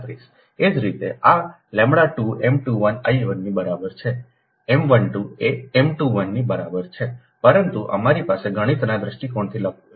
એ જ રીતેઆ માટેλ2 M 21 I 1 ની બરાબર છેM 12 એ M 21 ની બરાબર છે પરંતુ અમારી પાસે ગણિતના દૃષ્ટિકોણથી લખવું છે